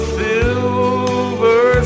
silver